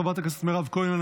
חברת הכנסת מירב כהן,